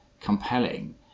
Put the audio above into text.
compelling